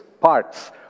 parts